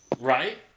Right